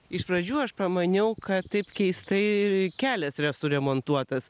iš pradžių aš pamaniau kad taip keistai kelias yra suremontuotas